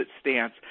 stance